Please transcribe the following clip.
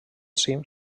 cim